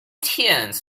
teens